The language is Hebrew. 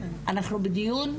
אנחנו בדיון,